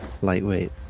Lightweight